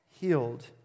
Healed